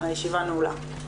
הישיבה ננעלה בשעה